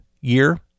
year